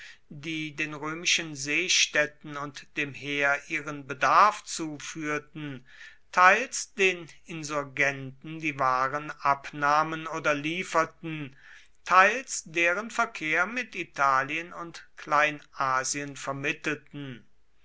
die den römischen seestädten und dem heer ihren bedarf zuführten teils den insurgenten die waren abnahmen oder lieferten teils deren verkehr mit italien und kleinasien vermittelten